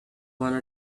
wanna